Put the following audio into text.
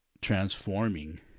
transforming